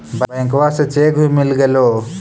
बैंकवा से चेक भी मिलगेलो?